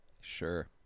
Sure